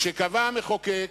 כשקבע המחוקק